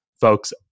folks